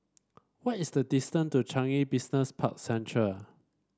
what is the distance to Changi Business Park Central